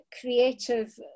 creative